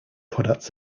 products